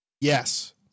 Yes